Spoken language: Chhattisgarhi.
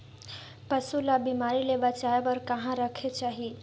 पशु ला बिमारी ले बचाय बार कहा रखे चाही?